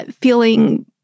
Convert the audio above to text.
feeling